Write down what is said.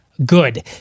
good